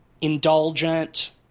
indulgent